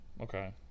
Okay